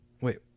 Wait